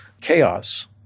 chaos